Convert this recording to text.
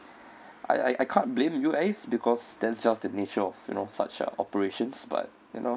I I can't blame you guys because that's just the nature of you know such uh operations but you know